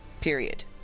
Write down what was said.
Period